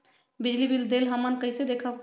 बिजली बिल देल हमन कईसे देखब?